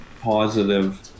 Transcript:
positive